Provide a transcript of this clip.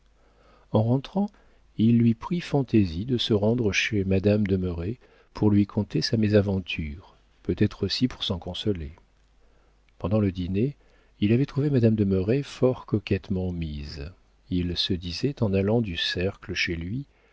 en rentrant il lui prit fantaisie de se rendre chez madame de merret pour lui conter sa mésaventure peut-être aussi pour s'en consoler pendant le dîner il avait trouvé madame de merret fort coquettement mise il se disait en allant du cercle chez lui